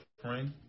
friend